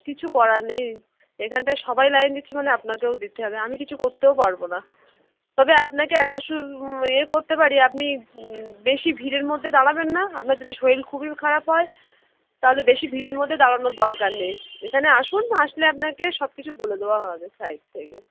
কিছু করার নেই এখানটায় সবাই লাইন দিচ্ছে মানে আপনাকেও দিতে হবে আমি কিছু করতেও পারব না তবে আপনাকে একটা সু এ করতে পারি আপনি বেশি ভিড়ের মধ্যে দাঁড়াবেন না আপনার যদি শরীর খুবই খারাপ হয় তাহলে বেশি ভিড়ের মধ্যে দাঁড়ানোর দরকার নেই এখানে আসুন আসলে আপনাকে সব কিছু বলে দেওয়া হবে সাইড থেকে